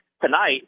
tonight